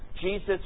Jesus